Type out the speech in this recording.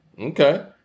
Okay